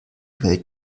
welt